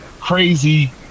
crazy